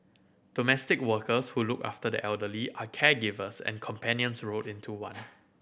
domestic workers who look after the elderly are caregivers and companions rolled into one